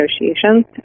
negotiations